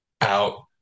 out